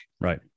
Right